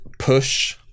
push